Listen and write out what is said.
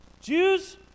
Jews